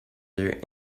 their